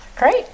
Great